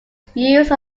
refused